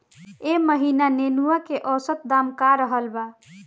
एह महीना नेनुआ के औसत दाम का रहल बा?